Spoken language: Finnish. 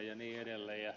ja niin edelleen